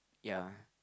ya